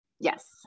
yes